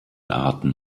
arten